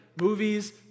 Movies